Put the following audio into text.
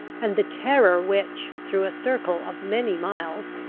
and the terror which, through a circle of many miles,